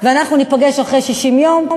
אחרי 60 הימים.